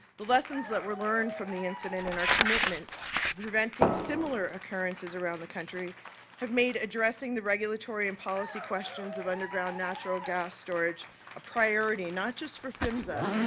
the lessons that were learned from the incident and our commitment to preventing similar occurrences around the country have made addressing the regulatory and policy questions of underground natural gas storage a priority, not just for phmsa,